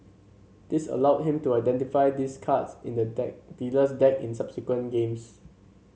this allowed him to identify these cards in the deck dealer's deck in subsequent games